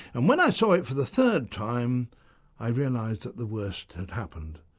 and when i saw it for the third time i realised that the worst had happened.